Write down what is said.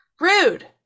rude